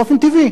באופן טבעי.